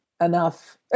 enough